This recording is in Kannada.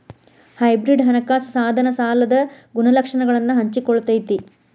ಹೈಬ್ರಿಡ್ ಹಣಕಾಸ ಸಾಧನ ಸಾಲದ ಗುಣಲಕ್ಷಣಗಳನ್ನ ಹಂಚಿಕೊಳ್ಳತೈತಿ